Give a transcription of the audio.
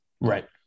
Right